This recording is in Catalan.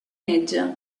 metge